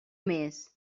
més